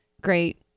great